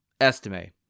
estimate